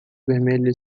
vermelho